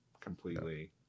completely